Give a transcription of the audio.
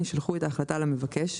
יישלחו את ההחלטה למבקש,